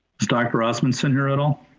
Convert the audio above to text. is dr. osmunson here at all?